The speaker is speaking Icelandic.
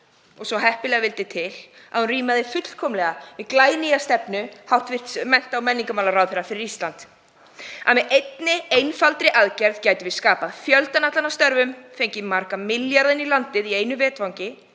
og svo heppilega vildi til að hún rímaði fullkomlega við glænýja stefnu hæstv. mennta- og menningarmálaráðherra fyrir Ísland. Með einni einfaldri aðgerð gætum við skapa fjöldann allan af störfum, fengið marga milljarða inn í landið í einu vetfangi,